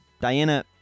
Diana